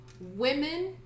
women